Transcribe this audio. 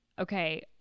Okay